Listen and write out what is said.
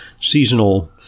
seasonal